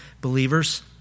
believers